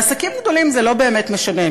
לעסקים גדולים זה לא באמת משנה,